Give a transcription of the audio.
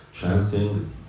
chanting